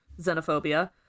xenophobia